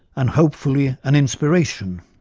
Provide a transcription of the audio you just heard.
and hopefully an inspiration.